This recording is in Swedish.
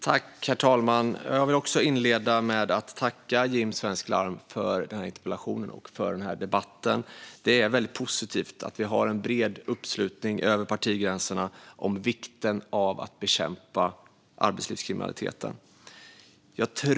Herr talman! Låt mig inleda med att tacka Jim Svensk Larm för interpellationen och debatten. Det är positivt att vi har en bred uppslutning över partigränserna om vikten av att bekämpa arbetslivskriminalitet.